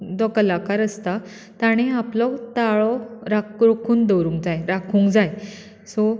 तो कलाकार आसता तांणे आपलो ताळो राक राखून दवरुंक जाय राखूंक जाय सो